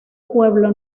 pueblo